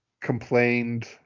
complained